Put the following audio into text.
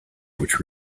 which